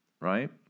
right